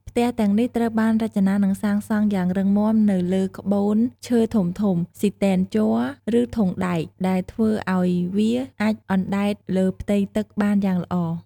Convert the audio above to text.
ផ្ទះទាំងនេះត្រូវបានរចនា និងសាងសង់យ៉ាងរឹងមាំនៅលើក្បូនឈើធំៗ ស៊ីទែនជ័រ ឬធុងដែក ដែលធ្វើឲ្យវាអាចអណ្ដែតលើផ្ទៃទឹកបានយ៉ាងល្អ។